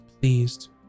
pleased